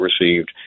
received